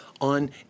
on